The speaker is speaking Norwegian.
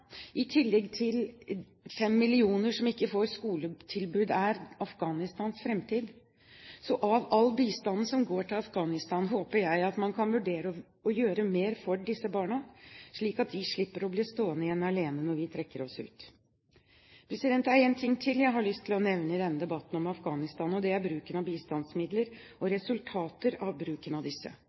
i tillegg til fem millioner som ikke får et skoletilbud – er Afghanistans framtid. Så av all bistanden som går til Afghanistan, håper jeg at man kan vurdere å gjøre mer for disse barna, slik at de slipper å bli stående igjen alene når vi trekker oss ut. Det er en ting til jeg har lyst til å nevne i denne debatten om Afghanistan. Det er bruken av bistandsmidler og resultater av bruken av disse.